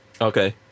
Okay